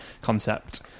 concept